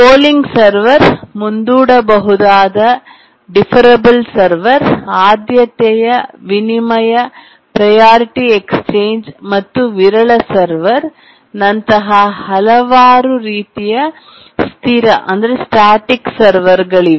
polling server ಮುಂದೂಡಬಹುದಾದ deferrable server ಆದ್ಯತೆಯ ವಿನಿಮಯ ಪ್ರಯಾರಿಟಿ ಎಕ್ಸ್ಚೇಂಜ್ ಮತ್ತು ವಿರಳ ಸರ್ವರ್ ನಂತಹ ಹಲವಾರು ರೀತಿಯ ಸ್ಥಿರಸ್ಟ್ಯಾಟಿಕ್ ಸರ್ವರ್ಗಳಿವೆ